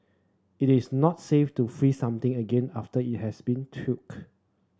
it is not safe to freeze something again after it has been